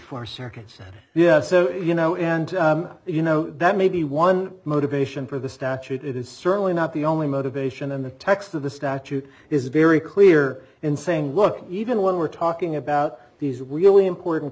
e circuits yeah so you know and you know that may be one motivation for the statute it is certainly not the only motivation and the text of the statute is very clear in saying look even when we're talking about these were really important